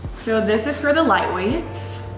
so this is for the lightweights.